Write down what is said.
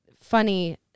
funny